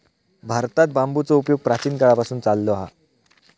भारतात बांबूचो उपयोग प्राचीन काळापासून चाललो हा